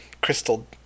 crystal